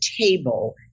table